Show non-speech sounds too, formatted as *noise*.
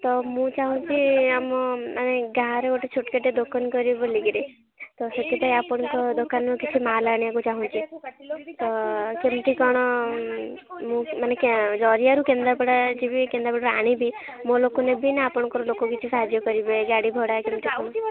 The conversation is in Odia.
ତ ମୁଁ ଚାଁହୁଛି ଆମମାନେ ଗାଁରେ ଗୋଟେ ଛୋଟକାଟିଆ ଦୋକାନ କରିବି ବୋଲିକରି ତ ସେଥିପାଇଁ ଆପଣଙ୍କ ଦୋକାନରୁ କିଛି ମାଲ ଆଣିବାକୁ ଚାଁହୁଛି ତ କେମିତି କ'ଣ ମୁଁ ମାନେ *unintelligible* ଜରିଆରୁ କେନ୍ଦ୍ରାପଡ଼ା ଯିବି କେନ୍ଦ୍ରାପଡ଼ାରୁ ଆଣିବି ମୋ ଲୋକ ନେବି ନା ଆପଣଙ୍କର ଲୋକ କିଛି ସାହାଯ୍ୟ କରିବେ ଗାଡ଼ି ଭଡ଼ା କେମିତି କ'ଣ